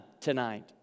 tonight